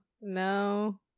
No